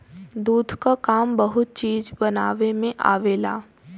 दूध क काम बहुत चीज बनावे में आवेला